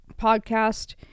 podcast